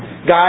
God